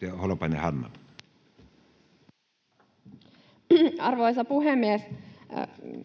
Content: Arvoisa puhemies!